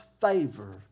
favor